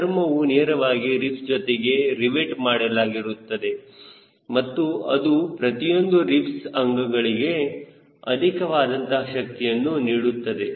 ಚರ್ಮವು ನೇರವಾಗಿ ರಿಬ್ಸ್ ಜೊತೆಗೆ ರಿವೆಟ್ ಮಾಡಲಾಗಿರುತ್ತದೆ ಮತ್ತು ಅದು ಪ್ರತಿಯೊಂದು ರಿಬ್ಸ್ ಅಂಗಗಳಿಗೆ ಅಧಿಕವಾದಂತಹ ಶಕ್ತಿಯನ್ನು ನೀಡುತ್ತವೆ